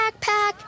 backpack